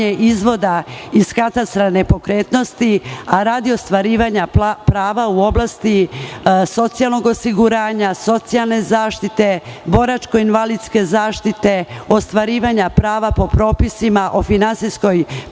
izvoda iz katastra nepokretnosti, a radi ostvarivanja prava u oblasti socijalnog osiguranja, socijalne zaštite, boračko-invalidske zaštite, ostvarivanja prava po propisima o finansijskoj